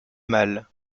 malle